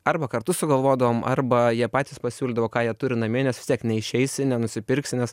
arba kartu sugalvodavom arba jie patys pasiūlydavo ką jie turi namie nes vis tiek neišeisi nenusipirksi nes